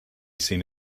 seen